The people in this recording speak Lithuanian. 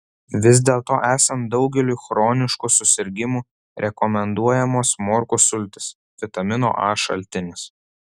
vis dėlto esant daugeliui chroniškų susirgimų rekomenduojamos morkų sultys vitamino a šaltinis